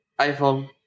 iPhone